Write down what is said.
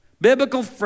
Biblical